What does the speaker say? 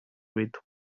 with